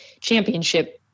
championship